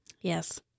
Yes